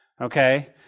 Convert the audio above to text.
okay